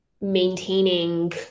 maintaining